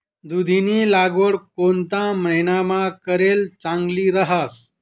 दुधीनी लागवड कोणता महिनामा करेल चांगली रहास